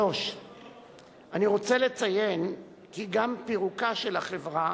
3. אני רוצה לציין כי גם פירוקה של החברה